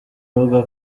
avuga